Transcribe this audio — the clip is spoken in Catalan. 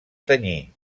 tenyir